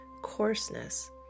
coarseness